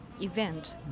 event